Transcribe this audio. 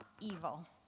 evil